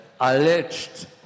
alleged